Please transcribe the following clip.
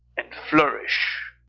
and flourish!